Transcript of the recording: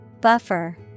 Buffer